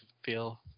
feel